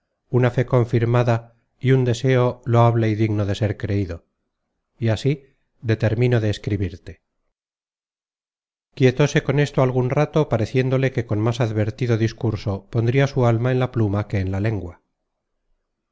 una fe confirmada y un deseo loable y digno de ser creido y así determino de escribirte quietose con esto algun tanto pareciéndole que con más advertido discurso pondria su alma en la pluma que en la lengua